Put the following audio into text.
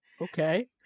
Okay